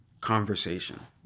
conversation